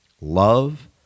love